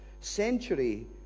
century